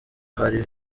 hari